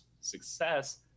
success